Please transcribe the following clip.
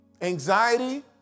Anxiety